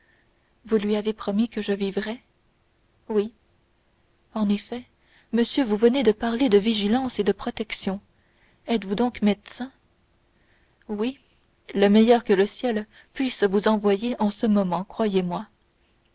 vous lui avez promis que je vivrais oui en effet monsieur vous venez de parler de vigilance et de protection êtes-vous donc médecin oui le meilleur que le ciel puisse vous envoyer en ce moment croyez-moi